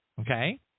Okay